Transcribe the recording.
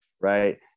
right